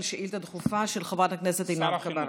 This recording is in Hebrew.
שאילתה דחופה של חברת הכנסת עינב קאבלה.